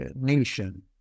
nation